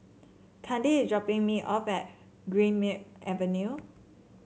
Candi is dropping me off at Greenmead Avenue